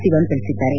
ಸಿವನ್ ತಿಳಿಸಿದ್ದಾರೆ